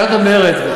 כשאת מדברת,